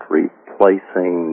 replacing